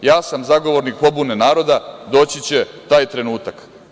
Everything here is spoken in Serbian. Ja sam zagovornik pobune naroda, dođi će taj trenutak.